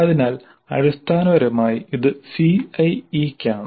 അതിനാൽ അടിസ്ഥാനപരമായി ഇത് CIE യ്ക്കാണ്